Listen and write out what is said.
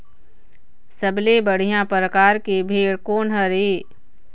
सबले बढ़िया परकार के भेड़ कोन हर ये?